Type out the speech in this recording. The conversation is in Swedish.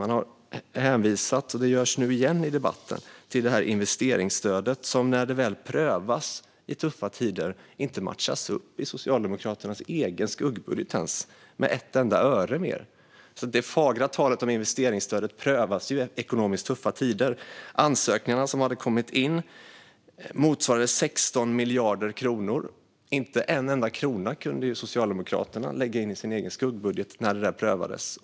Man har hänvisat - och det görs nu igen i debatten - till investeringsstödet, som när det väl prövas i tuffa tider inte matchas med ett enda öre i Socialdemokraternas egen skuggbudget. Det fagra talet om investeringsstödet prövas alltså i ekonomiskt tuffa tider. De ansökningar som kommit in motsvarar 16 miljarder kronor, och inte en enda krona kunde Socialdemokraterna lägga in i sin egen skuggbudget när detta prövades.